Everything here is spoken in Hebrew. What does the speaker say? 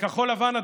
וכחול לבן,